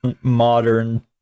modern